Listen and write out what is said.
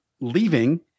leaving